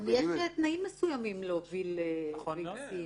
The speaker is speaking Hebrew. יש תנאים מסוימים להובלת ביצים,